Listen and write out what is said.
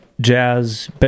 jazz